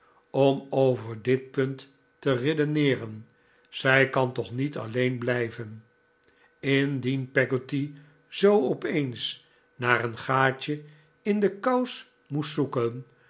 om over dit punt te redeneeren zij kan toch niet alleen blijven indien peggotty zoo opeens naar een gaatje in de kou's moest zoeken